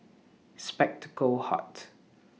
Spectacle Hut